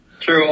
True